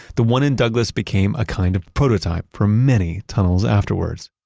the one in douglas became a kind of prototype for many tunnels afterwards,